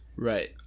Right